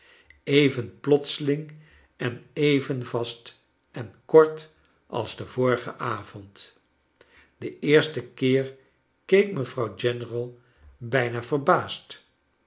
even plotseling en even vast en kort als den vorigen avond ben eersten keer keek mevrouw general bijna verbaasd